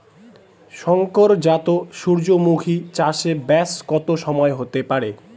শংকর জাত সূর্যমুখী চাসে ব্যাস কত সময় হতে পারে?